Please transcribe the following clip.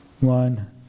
one